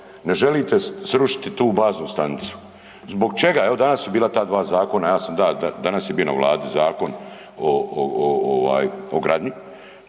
ne želite srušiti tu baznu stanicu. Zbog čega? Evo danas su bila ta dva zakona, ja sam da, danas je bia na Vladi zakon o gradnji